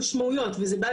גם בנהלים שלנו,